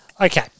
Okay